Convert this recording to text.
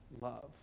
love